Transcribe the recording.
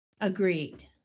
Agreed